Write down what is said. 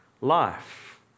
life